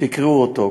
תקראו אותו.